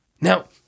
Now